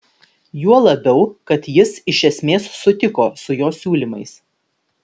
juo labiau kad jis iš esmės sutiko su jo siūlymais